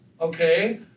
okay